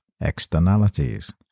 externalities